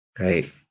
Right